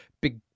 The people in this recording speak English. big